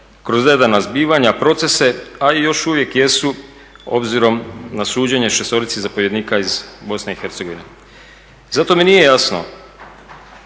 kroz zadana zbivanja, procese a i još uvijek jesu obzirom na suđenje šestorici zapovjednika iz Bosne i Hercegovine. Zato mi nije jasno